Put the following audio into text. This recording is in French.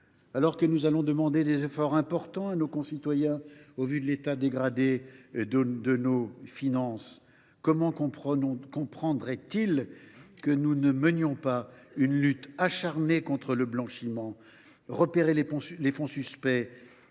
Alors que nous allons demander des efforts importants à nos concitoyens au vu de l’état dégradé de nos finances, comment comprendraient ils que nous ne menions pas une lutte acharnée contre le blanchiment ? Repérer les fonds suspects